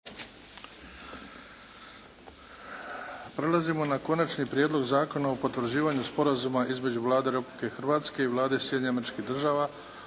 glasovanje Konačni prijedlog zakona o potvrđivanju Sporazuma između Vlade Republike Hrvatske i Vlade Sjedinjenih Američkih Država